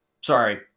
sorry